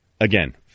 Again